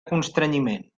constrenyiment